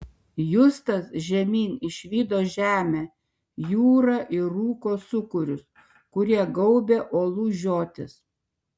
justas žemyn išvydo žemę jūrą ir rūko sūkurius kurie gaubė uolų žiotis